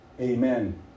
amen